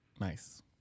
Nice